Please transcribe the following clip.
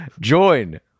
Join